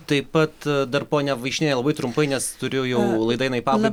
taip pat dar ponia vaišniene labai trumpai nes turiu jau laida eina į pabai